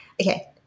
okay